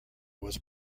was